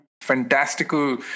fantastical